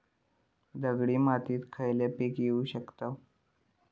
दगडी मातीत खयला पीक घेव शकताव?